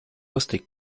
lustig